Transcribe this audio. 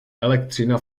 elektřina